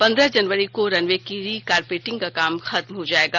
पंद्रह जनवरी को रनवे की रि कारपेटिंग का काम खत्म हो जाएगा